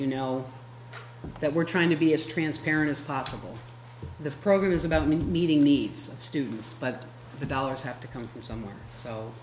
you know that we're trying to be as transparent as possible the program is about meeting needs students but the dollars have to come from somewhere so